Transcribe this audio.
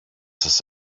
σας